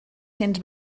cents